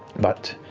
but